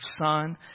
son